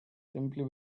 simply